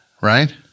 right